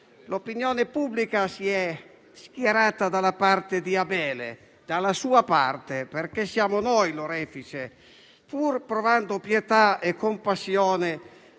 L'opinione pubblica si è schierata dalla parte di Abele, dalla sua parte, perché l'orefice siamo noi, pur provando pietà e compassione